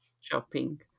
shopping